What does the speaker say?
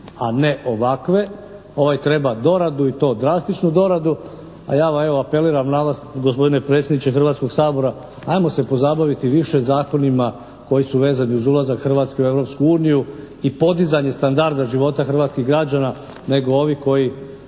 a ne ovakve. Ovaj treba doradu i to drastičnu doradu, a ja evo apeliram na vas gospodine predsjedniče Hrvatskog sabora ajmo se pozabaviti više zakonima koji su vezani uz ulazak Hrvatske u Europsku uniju i podizanje standarda života hrvatskih građana nego ovi koji